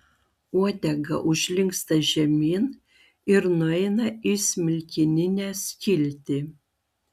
uodega užlinksta žemyn ir nueina į smilkininę skiltį